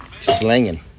slinging